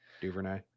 Duvernay